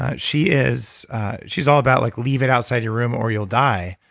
ah she is she is all about like leave it outside your room or you'll die,